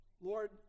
Lord